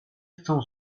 chcą